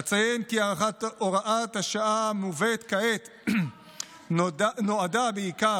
אציין כי הארכת הוראת השעה המובאת כעת נועדה בעיקר